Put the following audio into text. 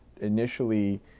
initially